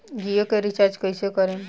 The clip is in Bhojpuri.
जियो के रीचार्ज कैसे करेम?